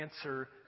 answer